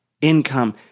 Income